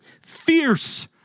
Fierce